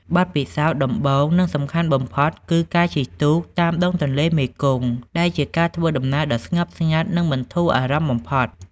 បទពិសោធន៍ដំបូងនិងសំខាន់បំផុតគឺការ ជិះទូកតាមដងទន្លេមេគង្គ ដែលជាការធ្វើដំណើរដ៏ស្ងប់ស្ងាត់និងបន្ធូរអារម្មណ៍បំផុត។